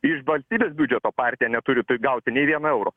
iš valstybės biudžeto partija neturi taip gauti nė viena euro